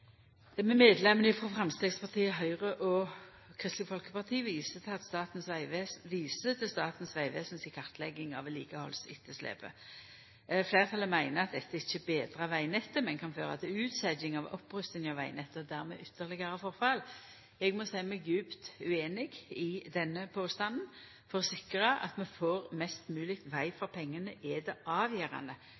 med medlemene frå Framstegspartiet, Høgre og Kristeleg Folkeparti, viser til Statens vegvesen si kartlegging av vedlikehaldsetterslepet. Fleirtalet meiner at dette ikkje betrar vegnettet, men kan føra til utsetjing av opprustinga av vegnettet og dermed ytterlegare forfall. Eg må seia meg djupt ueinig i denne påstanden. For å sikra at vi får mest mogleg veg for pengane, er det avgjerande